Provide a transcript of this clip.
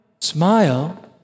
smile